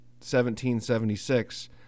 1776